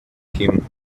him